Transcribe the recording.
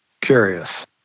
Curious